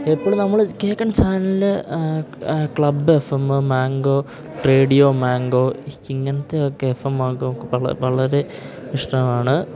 എപ്പോഴും നമ്മൾ കേൾക്കുന്ന ചാനലിൽ club F M mango radio mango ഇങ്ങനത്തെയൊക്കെ എഫ് എം മാംഗോ വ വളരെ ഇഷ്ടമാണ്